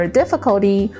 difficulty